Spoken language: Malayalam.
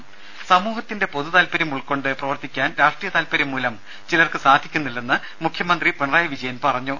രുമ സമൂഹത്തിന്റെ പൊതുതാത്പര്യം ഉൾക്കൊണ്ട് പ്രവർത്തിക്കാൻ രാഷ്ട്രീയ താത്പര്യം മൂലം ചിലർക്ക് സാധിക്കുന്നില്ലെന്ന് മുഖ്യമന്ത്രി പിണറായി വിജയൻ പറഞ്ഞു